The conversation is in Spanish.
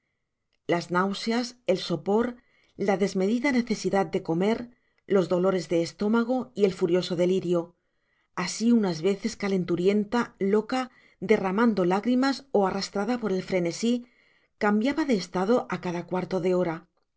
las náuseas el sopor la desmedida necesidad de comer los dolores de estómago y el furioso delirio asi unas veces calenturienta loca derramando lágrimas ó arrastrada por el frenesi cambiaba de estado á cada cuarto de hora